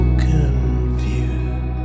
confused